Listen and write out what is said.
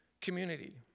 community